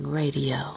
radio